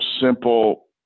simple